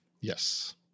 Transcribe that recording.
Yes